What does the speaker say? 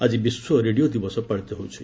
ଆଜି ବିଶ୍ୱ ରେଡ଼ିଓ ଦିବସ ପାଳିତ ହେଉଛି